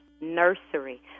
nursery